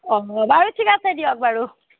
অঁ বাৰু ঠিক আছে দিয়ক বাৰু